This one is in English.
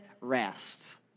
rest